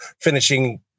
finishing